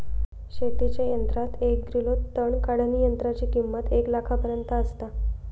शेतीच्या यंत्रात एक ग्रिलो तण काढणीयंत्राची किंमत एक लाखापर्यंत आसता